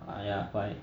ah ya why